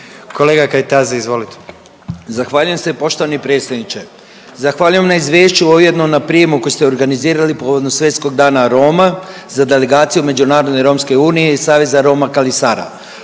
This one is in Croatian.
Veljko (Nezavisni)** Zahvaljujem se poštovani predsjedniče. Zahvaljujem na izvješću, a ujedno i na prijemu koji ste organizirali povodom Svetskog dana Roma za Delegaciju međunarodne romske unije i Saveza Roma Kali Sara.